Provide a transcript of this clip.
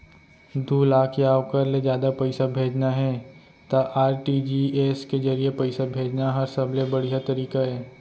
दू लाख या ओकर ले जादा पइसा भेजना हे त आर.टी.जी.एस के जरिए पइसा भेजना हर सबले बड़िहा तरीका अय